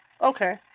okay